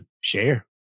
share